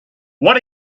what